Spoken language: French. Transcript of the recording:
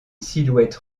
silhouette